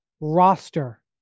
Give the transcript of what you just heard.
roster